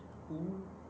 !woo!